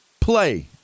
play